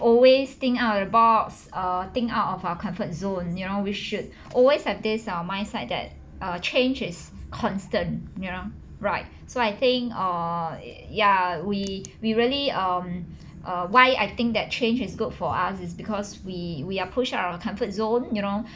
always think out of the box uh think out of our comfort zone you know we should always have this in our mindset that ah change is constant you know right so I think uh ya we we really um err why I think that change is good for us is because we we are push out of comfort zone you know